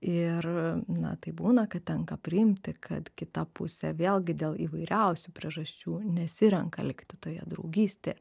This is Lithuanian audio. ir na taip būna kad tenka priimti kad kita pusė vėlgi dėl įvairiausių priežasčių nesirenka likti toje draugystėje